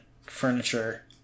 furniture